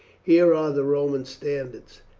here are the roman standards,